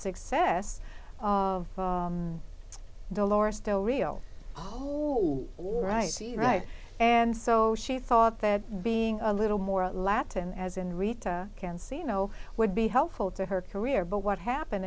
success of dolores the real one right right and so she thought that being a little more latin as in rita can see you know would be helpful to her career but what happened